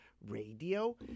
Radio